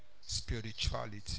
Spirituality